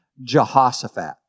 Jehoshaphat